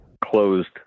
closed